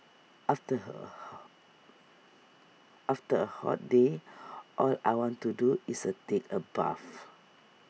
after her A hall after A hot day all I want to do is A take A bath